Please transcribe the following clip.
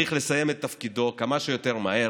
צריך לסיים את תפקידו כמה שיותר מהר.